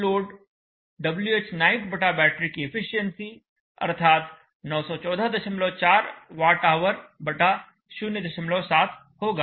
Whload Whnight बटा बैटरी की एफिशिएंसी अर्थात 9144 Wh07 होगा